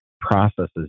processes